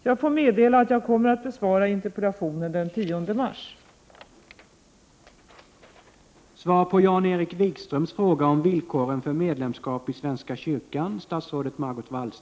Jag får meddela att jag på grund av arbetsbelastningen kommer att besvara interpellationen först den 10 mars.